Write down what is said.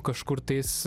kažkur tais